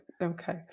Okay